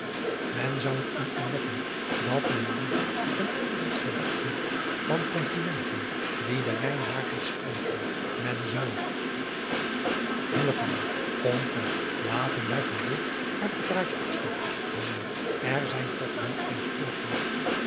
en zou er in ontdekken dat men lieden ten onregt verdacht hield van komplimenten die de reine waarheid spraken en zou om kom laten wij van dit hartepraatje afstappen ijnheer r zijn toch wel eens